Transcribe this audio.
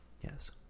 yes